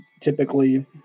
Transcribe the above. typically